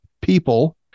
people